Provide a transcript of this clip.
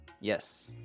Yes